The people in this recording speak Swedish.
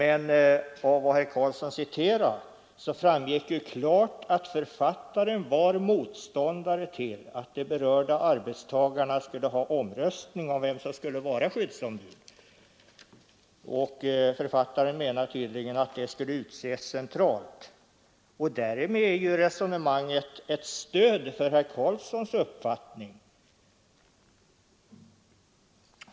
Av herr Karlssons citat framgick emellertid klart att författaren är motståndare till att de berörda arbetstagarna skall ha omröstning om vem som skall vara skyddsombud, och författaren menar tydligen att skyddsombud bör utses centralt. Därmed är ju resonemanget ett stöd för herr Karlssons i Huskvarna uppfattning.